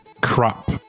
crap